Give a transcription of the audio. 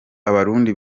abarundi